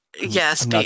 Yes